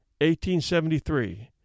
1873